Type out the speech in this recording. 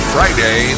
Friday